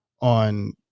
on